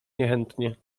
niechętnie